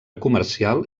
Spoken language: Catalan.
comercial